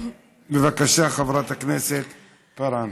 בבקשה, חברת הכנסת כהן-פארן.